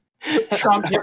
Trump